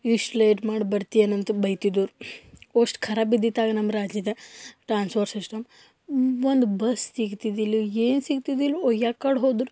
ಇಷ್ಟು ಲೇಟ್ ಮಾಡಿ ಬರ್ತಿ ಏನಂತೆ ಬೈತಿದ್ರು ಅಷ್ಟು ಖರಾಬ ಇದ್ದಿತ್ತು ಆಗ ನಮ್ಮ ರಾಜ್ಯದಾಗೆ ಟ್ರಾನ್ಸ್ಫೋರ್ ಸಿಸ್ಟಮ್ ಒಂದು ಬಸ್ ಸಿಗ್ತಿದ್ದಿಲ್ಲ ಏನೂ ಸಿಗ್ತಿದ್ದಿಲ್ಲ ಯಾಕಡೆ ಹೋದ್ರೂ